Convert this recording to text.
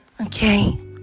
Okay